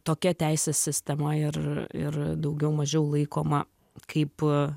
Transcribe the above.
tokia teisės sistema ir ir daugiau mažiau laikoma kaip